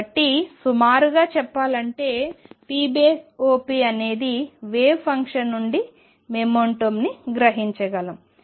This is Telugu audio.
కాబట్టి సుమారుగా చెప్పాలంటే pop అనేది వేవ్ ఫంక్షన్ నుండి మొమెంటం ని గ్రహించగలము